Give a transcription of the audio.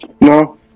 No